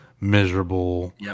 miserable